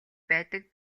байдаг